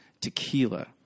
Tequila